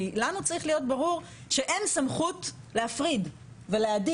כי לנו צריך להיות ברור שאין סמכות להפריד ולהדיר.